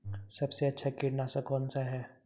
सबसे अच्छा कीटनाशक कौनसा है?